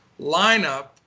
lineup